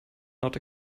not